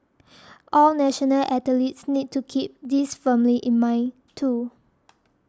all national athletes need to keep this firmly in mind too